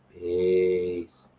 Peace